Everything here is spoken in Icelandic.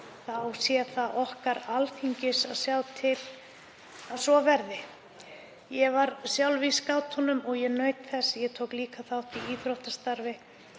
þá er það okkar, Alþingis, að sjá til að svo verði. Ég var sjálf í skátunum og ég naut þess. Ég tók líka þátt í íþróttastarfi